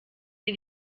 ihr